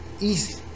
Easy